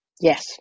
Yes